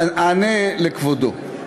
אענה לכבודו.